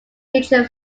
feature